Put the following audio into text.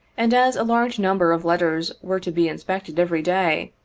and, as a large number of letters were to be inspected every day,